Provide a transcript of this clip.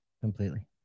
Completely